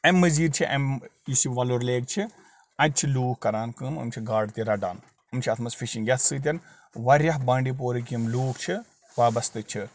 اَمہِ مٔزیٖد چھِ اَمہِ یُس یہِ وَلُر لیک چھِ اَتہِ چھِ لوٗکھ کَران کٲم یِم چھِ گاڈٕ تہِ رَٹان یِم چھِ اَتھ منٛز فِشِنٛگ یَتھ سۭتۍ واریاہ بانڈی پورہٕکۍ یِم لوٗکھ چھِ وابسطہٕ چھِ